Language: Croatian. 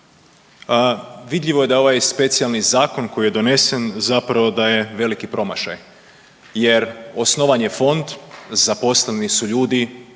vidljivo je da je ovaj specijalni zakon koji je donesen zapravo da je veliki promašaj jer osnovan je fond, zaposleni su ljudi,